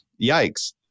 yikes